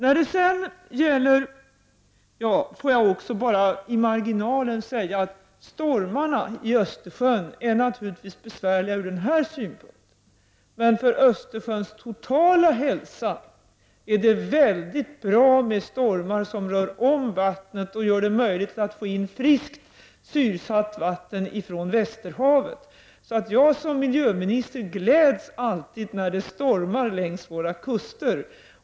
Låt mig också bara i marginalen anmärka att stormarna i Östersjön naturligtvis är besvärliga från den här synpunkten. Men för Östersjöns totala hälsa är det väldigt bra med stormar som rör om vattnet och gör det möjligt att få in friskt syresatt vatten från Västerhavet. Som miljöminister gläds jag därför alltid när det stormar längs våra kuster.